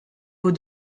aux